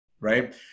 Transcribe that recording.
right